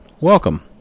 welcome